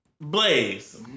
Blaze